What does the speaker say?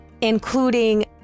including